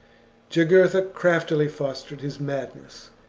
jugurtha craftily fostered his madness,